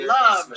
love